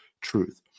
truth